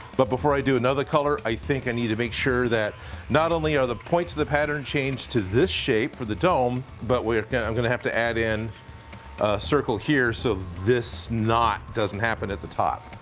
but before i do another color, i think i need to make sure that not only are the points of the pattern change to this shape for the dome, but we're i'm gonna have to add in circle here, so this not doesn't happen at the top.